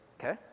Okay